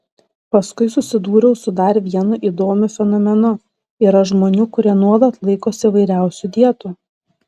paskui susidūriau su dar vienu įdomiu fenomenu yra žmonių kurie nuolat laikosi įvairiausių dietų